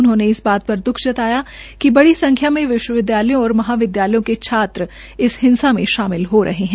उन्होंने इस बात पर दुख जताया कि बड़ी संख्या में विश्वविद्यालयों और महाविद्यालयों के छात्र इस हिंसा में शामिल हो रहे है